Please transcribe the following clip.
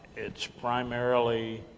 it's primarily